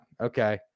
Okay